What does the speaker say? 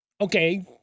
Okay